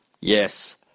Yes